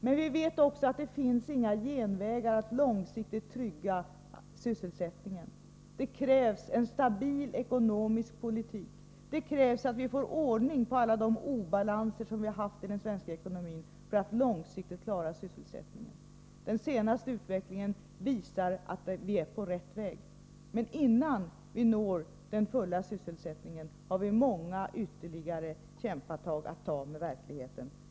Men vi vet också att det inte finns några genvägar för att långsiktigt trygga sysselsättningen, det krävs en stabil ekonomisk politik, och det krävs att vi får ordning på alla de obalanser som vi har haft i den svenska ekonomin. Den senaste utvecklingen visar att vi är på rätt väg, men innan vi når den fulla sysselsättningen har vi många ytterligare kämpatag att ta med verkligheten.